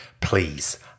please